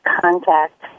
contact